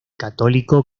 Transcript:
católico